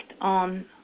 on